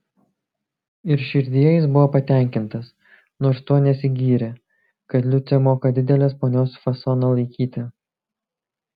ir širdyje jis buvo patenkintas nors tuo nesigyrė kad liucė moka didelės ponios fasoną laikyti